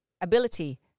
ability